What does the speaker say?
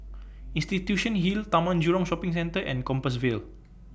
Institution Hill Taman Jurong Shopping Centre and Compassvale